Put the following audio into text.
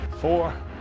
four